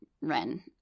Ren